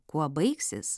kuo baigsis